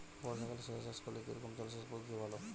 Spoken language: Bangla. বর্ষাকালে শশা চাষ করলে কি রকম জলসেচ পদ্ধতি ভালো?